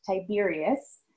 Tiberius